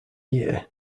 year